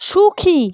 সুখী